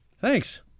Thanks